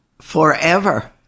forever